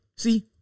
See